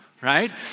right